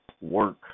work